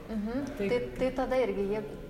uhu taip tai tada irgi jie